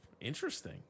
interesting